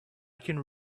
can